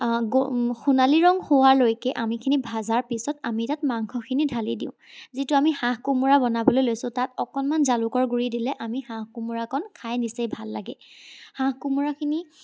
গ সোণালী ৰং হোৱালৈকে আমি এইখিনি ভজাৰ পিছত আমি তাত মাংসখিনি ঢালি দিওঁ যিটো আমি হাঁহ কোমোৰা বনাবলৈ লৈছোঁ তাত অকণমান জালুকৰ গুড়ি দিলে আমি হাঁহ কোমোৰাকণ খাই নিচেই ভাল লাগে হাঁহ কোমোৰাখিনি